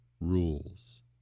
rules